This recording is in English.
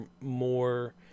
more